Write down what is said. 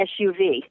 SUV